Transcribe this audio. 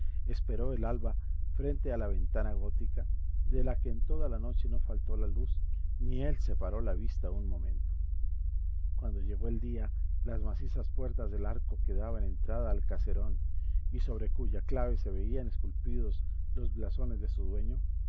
esperó el alba frente a la ventana gótica de la que en toda la noche no faltó la luz ni él separó la vista un momento cuando llegó el día las macizas puertas del arco que daban entrada al caserón y sobre cuya clave se veían esculpidos los blasones de su dueño